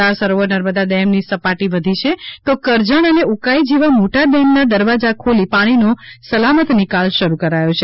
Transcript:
સરદાર સરોવર નર્મદા ડેમની સપાટી વધી છે તો કરજણ અને ઉકાઈ જેવા મોટા ડેમના દરવાજા ખોલી પાણી નો સલામત નિકાલ શરૂ કરાયો છે